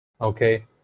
Okay